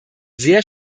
sehr